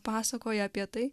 pasakoja apie tai